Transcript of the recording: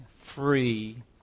free